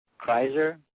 Kreiser